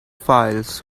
files